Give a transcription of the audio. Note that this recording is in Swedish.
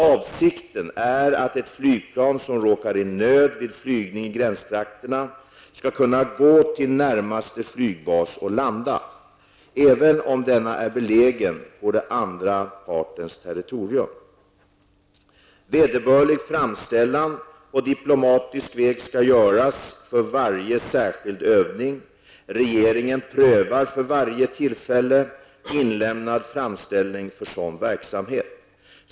Avsikten är att ett flygplan som råkar i nöd vid flygning i gränstrakterna skall kunna gå till närmaste flygbas och landa, även om denna är belägen på den andra partens territorium. Vederbörlig framställan på diplomatisk väg skall göras för varje särskild övning. Regeringen prövar för varje tillfälle inlämnad framställning för sådan verksamhet.